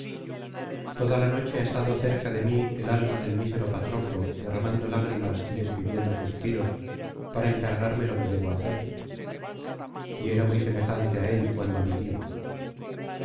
toda la noche ha estado cerca de mí el alma del mísero patroclo derramando lágrimas y despidiendo suspiros para encargarme lo que debo hacer y era muy semejante á él cuando vivía